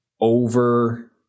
over